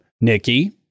Nikki